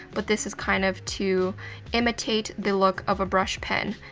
but this is kind of to imitate the look of a brush pen.